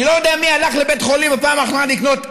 אני לא יודע מי הלך לבית חולים בפעם האחרונה לקנות ארטיקים,